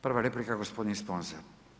Prva replika gospodin Sponza.